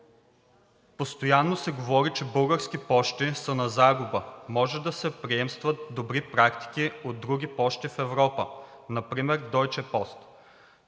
Постоянно се говори, че „Български пощи“ са на загуба. Може да се приемат добри практики от други пощи в Европа, например Дойче Пост,